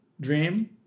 dream